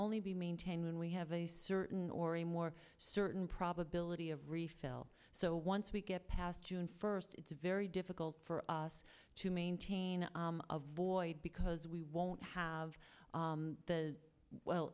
only be maintained when we have a certain or a more certain probability of refill so once we get past june first it's very difficult for us to maintain a void because we won't have the well